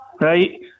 Right